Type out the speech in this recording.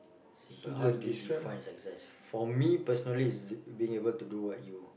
simple how do you define success for me personally it's being able to do what you